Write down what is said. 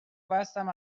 بستم